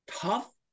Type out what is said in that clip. tough